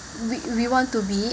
we we want to be